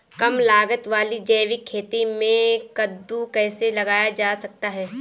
कम लागत वाली जैविक खेती में कद्दू कैसे लगाया जा सकता है?